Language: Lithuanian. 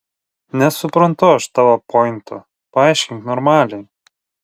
nesuprantu aš tavo pointo paaiškink normaliai